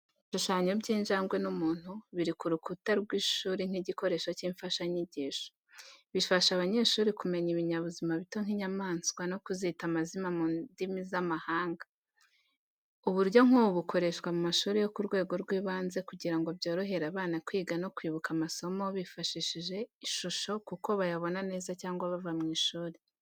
Ibishushanyo by'injangwe n'umuntu biri ku rukuta rw’ishuri nk’igikoresho cy’imfashanyigisho. Bifasha abanyeshuri kumenya ibinyabuzima bito nk’inyamaswa no kuzita amazina mu ndimi z’amahanga. Uburyo nk’ubu bukoreshwa mu mashuri yo ku rwego rw’ibanze kugira ngo byorohere abana kwiga no kwibuka amasomo bifashishije ishusho kuko bayabona baza cyangwa bava mu ishuri.